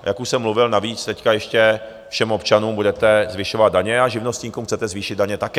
Jak už jsem mluvil navíc, teď ještě všem občanům budete zvyšovat daně a živnostníkům chcete zvýšit daně také.